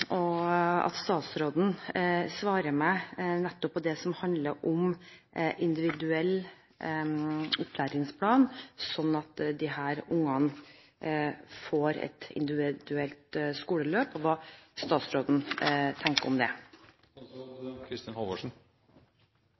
å høre statsråden svare meg på nettopp det som handler om en individuell opplæringsplan, slik at disse ungene får et individuelt skoleløp. Hva tenker statsråden om det?